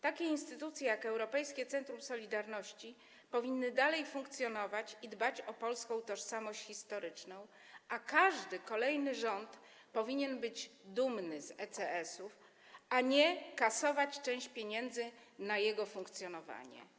Takie instytucje jak Europejskie Centrum Solidarności powinny dalej funkcjonować i dbać o polską tożsamość historyczną, a każdy kolejny rząd powinien być dumny z ECS, a nie kasować część pieniędzy na jego funkcjonowanie.